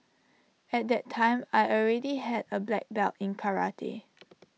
at that time I already had A black belt in karate